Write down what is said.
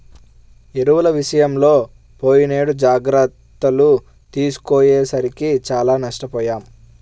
ఎరువుల విషయంలో పోయినేడు జాగర్తలు తీసుకోకపోయేసరికి చానా నష్టపొయ్యాం